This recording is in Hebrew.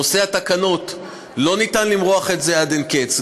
נושא התקנות, אי-אפשר למרוח את זה עד אין קץ.